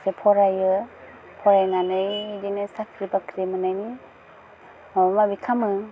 खायसे फरायो फरायनानै बिदिनो साख्रि बाख्रि मोननायनि माबा माबि खालामो